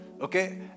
Okay